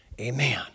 Amen